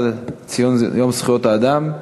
ציון יום זכויות האדם.